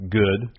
good